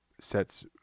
sets